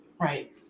Right